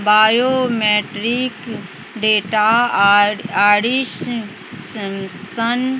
biometric data आओर आरी आरिसन